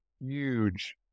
huge